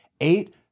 Eight